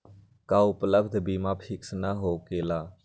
का उपलब्ध बीमा फिक्स न होकेला?